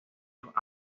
los